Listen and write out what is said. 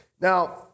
Now